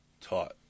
taught